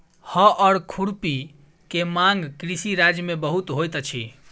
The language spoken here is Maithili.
हअर खुरपी के मांग कृषि राज्य में बहुत होइत अछि